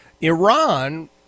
Iran